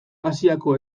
asiako